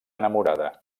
enamorada